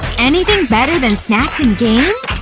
anything better than snacks and games?